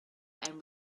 and